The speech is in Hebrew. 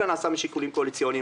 אלא נעשה משיקולים קואליציוניים,